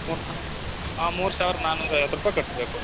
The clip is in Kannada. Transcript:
ಮೂರ್ಸ ಮೂರು ಸಾವಿರದ ನನ್ನೂರು ಐವತ್ತು ರೂಪಾಯಿ ಕಟ್ಟಬೇಕು